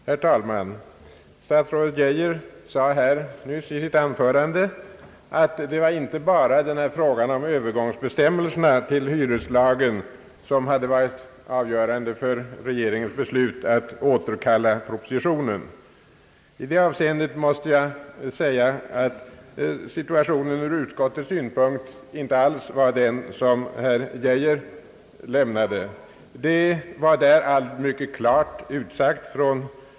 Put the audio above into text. Herr talman! Statsrådet Geijer sade här nyss i sitt anförande att det var inte bara denna fråga om Öövergångsbestämmelserna till hyreslagen som hade varit avgörande för regeringens beslut att återkalla propositionen. I det avseendet måste jag säga att från utskottets synpunkt var situationen inte alls den som statsrådet Geijer ville göra gällande.